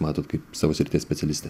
matot kaip savo srities specialistė